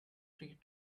tree